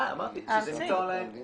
אמרתי, זה נמצא און ליין.